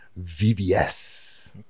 VBS